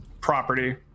property